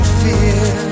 fear